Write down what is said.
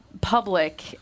public